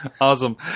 awesome